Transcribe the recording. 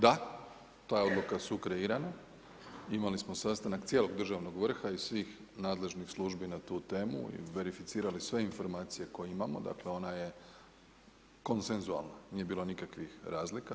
Da, ta je odluka sukreirana, imali smo sastanak cijelog državnog vrha i svih nadležnih službi na tu temu i verificirali sve informacije koje imamo, dakle ona je konsenzualna, nije bilo nikakvih razlika.